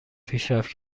پیشرفت